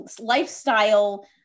lifestyle